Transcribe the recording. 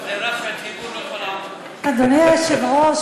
אדוני היושב-ראש,